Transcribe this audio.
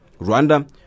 Rwanda